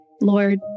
Lord